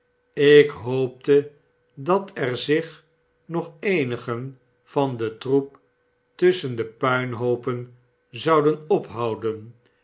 ik hoopte dat er zich nog eenigen van den troep tusschen de puinhoopen zouden ophouden